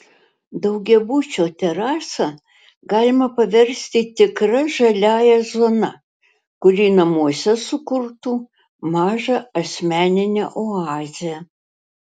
daugiabučio terasą galima paversti tikra žaliąja zona kuri namuose sukurtų mažą asmeninę oazę